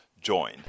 join